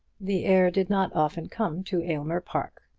the heir did not often come to aylmer park.